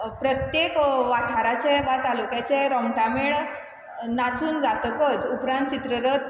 प्रत्येक वाठाराचें वा तालुक्याचे रोमटामेळ नाचून जातकच उपरांत चित्ररथ